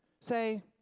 Say